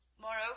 Moreover